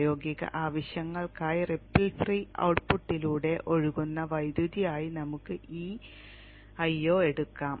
പ്രായോഗിക ആവശ്യങ്ങൾക്കായി ripple free ഔട്ട്പുട്ടിലൂടെ ഒഴുകുന്ന വൈദ്യുതി ആയി നമുക്ക് ഈ Io എടുക്കാം